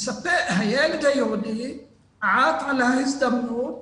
הילד היהודי עט על ההזדמנות